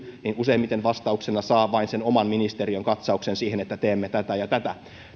niin useimmiten vastauksena saa vain sen oman ministeriön katsauksen siihen että teemme tätä ja tätä